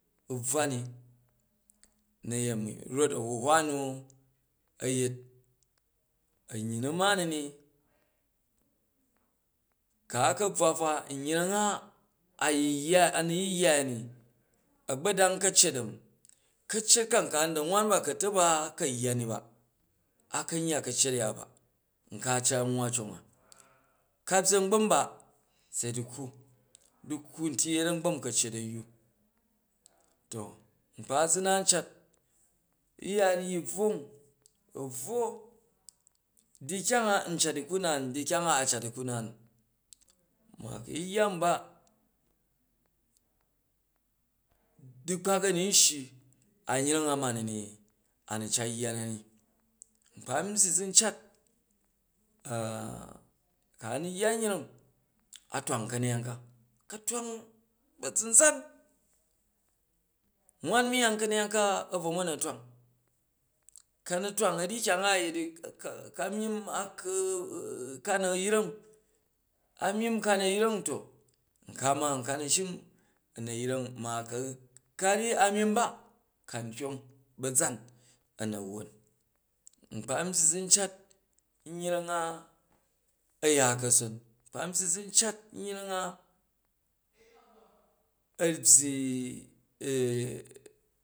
Bvwa ni u̱ na̱yemi, rot a̱huhwa nu a̱ yet a̱nyyi nu mani ni ka a ka bvwa fa yreng a a nu yu yya a̱ya ni a̱gba dang ka̱cet a̱mi, ka̱ccet kan ka ni da wan ba ka̱n taba ka yya ni ba, a ka̱n yya ka̱ccet a̱ya ba nka a cat nwwa cong a ka byyi a̱ngbam ba se du̱kkwa, du̱kkwu nti yet a̱ngbam ka̱ccet a̱yyu, to nkpa zu nan cat yi ya rryi bwong u̱ bvwo di kyang a n cat i kuna ni di kyang a a cat di ku na ni, ma ku̱ yu yya a̱mi ba du̱kpak a̱ nu n shyi an yreng a ma ni ni a nu cat yya na zi, nkpa a̱n byyi zu cat ku a̱ nu yya yreng a twang ka̱neyang ka, ka̱ twang ba̱zumzan, wan meyang ka̱neyang ka a̱ bvo ma̱ na̱ twang ku ka na̱ twang a̱ nyyi kyanga a yet ni ka myimm a̱ ka, na yreng, a myimm ka na̱ yreng to nka mang ka na̱ shim a na̱ yreng, ma ku ka ryyi a myimm ba to ka nu̱ tyang ba̱zan a na̱ wwon, nkpa n byyi zu n cat yrenmg a a̱ya ka̱son, nkpa n byyi zu n cat yreng a a byyi.